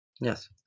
Yes